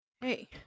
hey